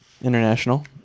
International